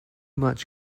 much